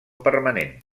permanent